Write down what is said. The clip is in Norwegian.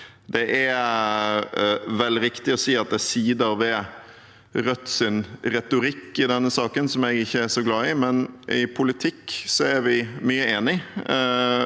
Det er vel riktig å si at det er sider ved Rødts retorikk i denne saken som jeg ikke er så glad i, men i politikk er vi mye enig.